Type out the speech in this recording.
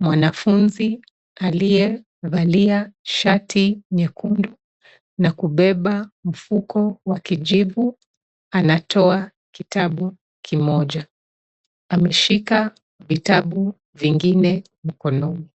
Mwanafunzi aliyevalia shati nyekundu na kubeba mfuko wa kijivu anatoa kitabu kimoja. Ameshika vitabu vingine mkononi.